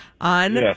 on